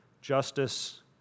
justice